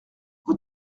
vous